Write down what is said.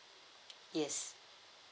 yes